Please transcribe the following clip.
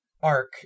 arc